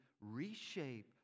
reshape